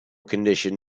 condition